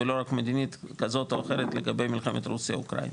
ולא רק מדינית כזו או אחרת לגבי מלחמת רוסיה אוקראינה.